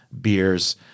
beers